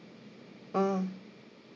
ah